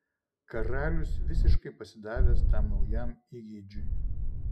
karalius visiškai pasidavęs tam naujam įgeidžiui